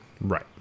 Right